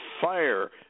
fire